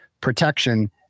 protection